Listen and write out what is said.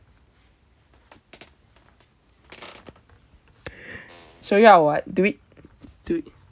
so ya [what] do it do it